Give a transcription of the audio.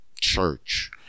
church